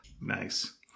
Nice